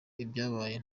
ibyabaye